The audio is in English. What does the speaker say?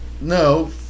No